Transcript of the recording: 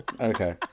Okay